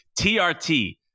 TRT